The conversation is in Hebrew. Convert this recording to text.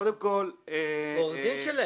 הוא העורך דין שלהם.